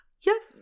yes